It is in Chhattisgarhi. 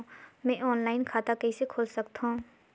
मैं ऑनलाइन खाता कइसे खोल सकथव?